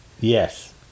Yes